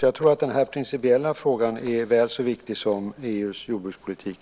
Jag tror att den här principiella frågan är väl så viktig som EU:s jordbrukspolitik.